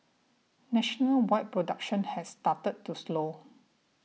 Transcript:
nationalwide production has started to slow